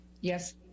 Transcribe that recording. yes